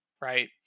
right